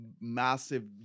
massive